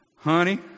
Honey